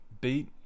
beat